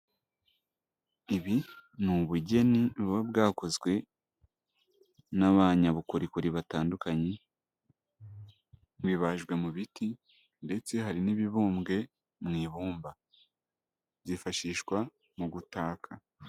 Ibi ni ubugeni buba bwakozwe n'abanyabukorikori batandukanye, bibajwe mu biti ndetse hari n'ibibumbwe mu ibumba, byifashishwa mu gutaka.